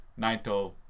Naito